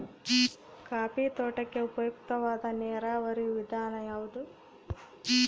Coffee ತೋಟಕ್ಕೆ ಉಪಯುಕ್ತವಾದ ನೇರಾವರಿ ವಿಧಾನ ಯಾವುದು?